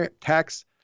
tax